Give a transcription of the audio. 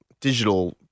digital